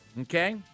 Okay